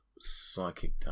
psychic